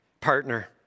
partner